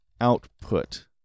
output